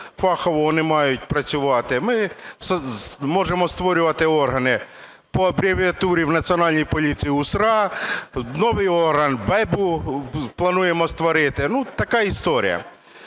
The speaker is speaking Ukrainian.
фахового не мають працювати. Ми можемо створювати органи по абревіатурі в Національній поліції – УСРА, новий орган БЕБу плануємо створити, ну, така історія.